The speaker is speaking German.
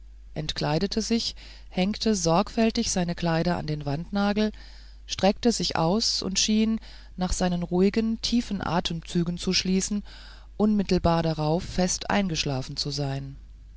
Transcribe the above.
entkleidete sich hängte sorgsam seine kleider an den wandnagel streckte sich aus und schien nach seinen ruhigen tiefen atemzügen zu schließen unmittelbar darauf fest eingeschlafen zu sein